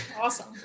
awesome